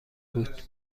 بود